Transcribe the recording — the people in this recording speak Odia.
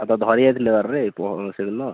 ଅ ତାକୁ ଧରିଯାଇଥିଲି ସେଦିନ ଏ